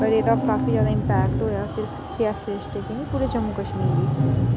पर एह्दा काफी ज्यादा इम्पैक्ट होएआ सिर्फ रियासी डिस्टिक गी नी पूरे जम्मू कश्मीर गी